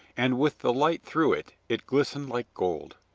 and with the light through it it glistened like gold.